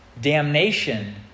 damnation